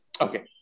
Okay